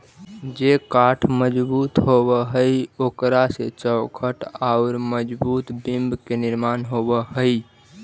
जे काष्ठ मजबूत होवऽ हई, ओकरा से चौखट औउर मजबूत बिम्ब के निर्माण होवऽ हई